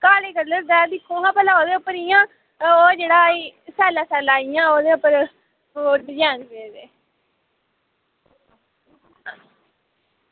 काले कलर दा ऐ दिक्खो हां भला ओह्दे उप्पर इ'यां ओह् जेह्ड़ा ई सैल्ला सैल्ला इ'यां ओह्दे उप्पर ओह् डिजाइन पेदे